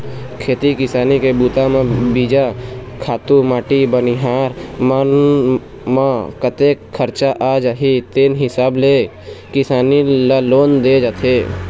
खेती किसानी के बूता म बीजा, खातू माटी बनिहार मन म कतेक खरचा आ जाही तेन हिसाब ले किसान ल लोन दे जाथे